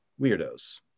weirdos